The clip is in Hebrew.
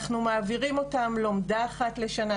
אנחנו מעבירים אותם לומדה אחת לשנה,